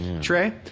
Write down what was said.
Trey